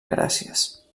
gràcies